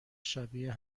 شبیه